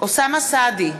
אוסאמה סעדי,